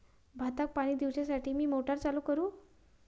भाताक पाणी दिवच्यासाठी मी मोटर चालू करू?